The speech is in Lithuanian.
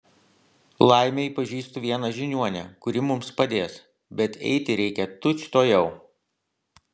laimei pažįstu vieną žiniuonę kuri mums padės bet eiti reikia tučtuojau